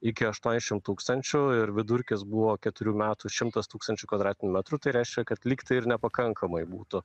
iki aštuoniasdešimt tūkstančių ir vidurkis buvo keturių metų šimtas tūkstančių kvadratinių metrų tai reiškia kad lyg tai ir nepakankamai būtų